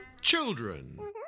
Children